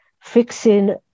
fixing